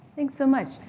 thanks so much,